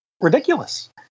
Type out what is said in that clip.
ridiculous